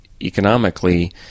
economically